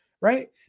Right